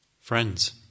Friends